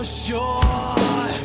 sure